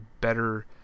better